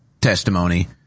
testimony